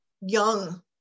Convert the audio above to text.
young